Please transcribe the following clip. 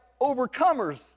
overcomers